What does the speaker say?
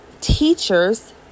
teachers